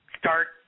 start –